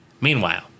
Meanwhile